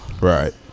Right